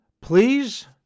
please